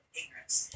ignorance